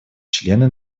члены